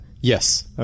Yes